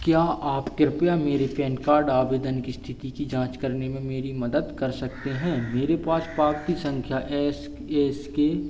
क्या आप कृपया मेरे पैन कार्ड आवेदन की स्थिति की जांच करने में मेरी मदद कर सकते हैं मेरे पास पावती संख्या एस ए सी के